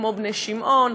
כמו בני-שמעון,